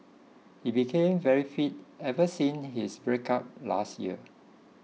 he became very fit ever since his breakup last year